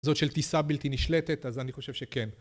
זאת של טיסה בלתי נשלטת, אז אני חושב שכן.